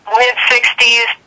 mid-60s